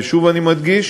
ושוב אני מדגיש: